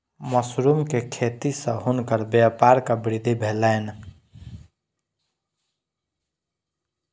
mushroom के खेती सॅ हुनकर व्यापारक वृद्धि भेलैन